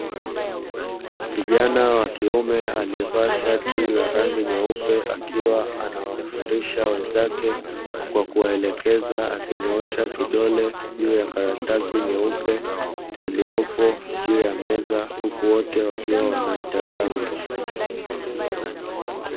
Kijana wakiume aliyevaa shati la rangi nyeupe upe akiwa anawafundisha wenzake kwa kuwaelekeza akinyoosha kidole juu ya karatasi nyeupe iliyopo juu ya meza, huku wate wakiwa wanaitazama.